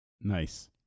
Nice